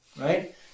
right